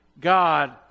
God